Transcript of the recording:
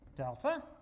delta